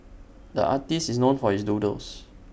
the artist is known for his doodles